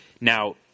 Now